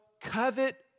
covet